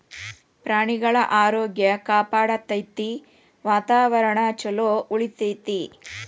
ಪ್ರಾಣಿಗಳ ಆರೋಗ್ಯ ಕಾಪಾಡತತಿ, ವಾತಾವರಣಾ ಚುಲೊ ಉಳಿತೆತಿ